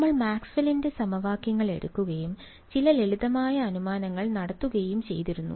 നമ്മൾ മാക്സ്വെല്ലിന്റെ സമവാക്യങ്ങൾ Maxwell's equations എടുക്കുകയും ചില ലളിതമായ അനുമാനങ്ങൾ നടത്തുകയും ചെയ്തിരുന്നു